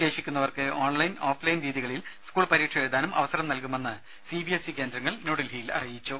ശേഷിക്കുന്നവർക്ക് online offline രീതികളിൽ school പരീക്ഷ എഴുതാനും അവസരം നൽകുമെന്ന് സി ബി എസ് ഇ കേന്ദ്രങ്ങൾ ന്യൂഡൽഹിയിൽ അറിയിച്ചു